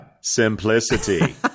simplicity